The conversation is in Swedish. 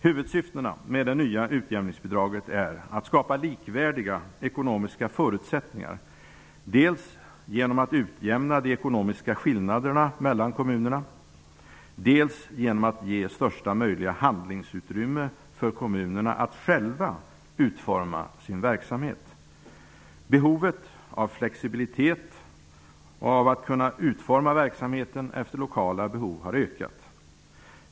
Huvudsyftena med det nya utjämningsbidraget är att skapa likvärdiga ekonomiska förutsättningar dels genom att utjämna de ekonomiska skillnaderna mellan kommunerna, dels genom att ge största möjliga handlingsutrymme för kommunerna att själva utforma sin verksamhet. Behovet av flexibilitet och av att kunna utforma verksamheten efter lokala behov har ökat.